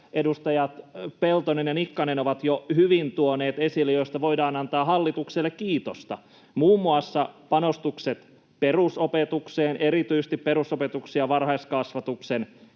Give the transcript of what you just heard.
edustajat Peltonen ja Nikkanen ovat jo hyvin tuoneet esille ja joista voidaan antaa hallitukselle kiitosta: On muun muassa panostukset perusopetukseen, erityisesti perusopetuksen ja varhaiskasvatuksen